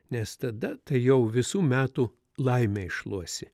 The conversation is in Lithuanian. nes tada tai jau visų metų laimę iššluosi